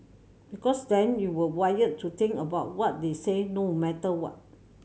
because then you were wired to think about what they said no matter what